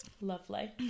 Lovely